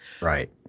Right